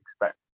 expect